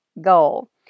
goal